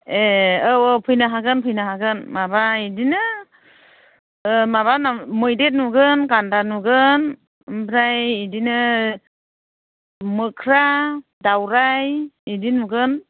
ए औ औ फैनो हागोन फैनो हागोन माबा बिदिनो माबा होनना मैदेर नुगोन गान्दा नुगोन ओमफ्राय बिदिनो मोख्रा दावराय बिदि नुगोन